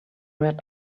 red